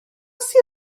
sir